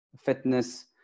fitness